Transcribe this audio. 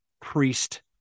priest